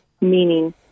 meaning